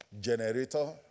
generator